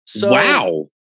Wow